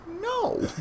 no